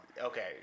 Okay